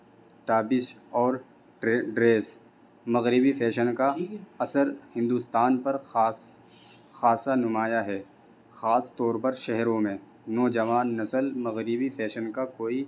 ٹابش اور ڈریس مغربی فیشن کا اثر ہندوستان پر خاص خاصہ نمایاں ہے خاص طور پر شہروں میں نوجوان نسل مغربی فیشن کا کوئی